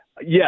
Yes